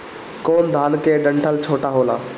कौन धान के डंठल छोटा होला?